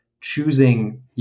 choosing